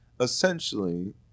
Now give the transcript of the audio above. essentially